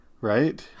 right